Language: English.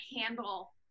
handle